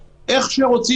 בכל יום שאני חוצה